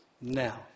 Now